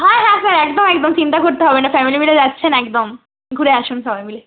হ্যাঁ হ্যাঁ স্যার একদম একদম চিন্তা করতে হবে না ফ্যামিলি মিলে যাচ্ছেন একদম ঘুরে আসুন সবাই মিলে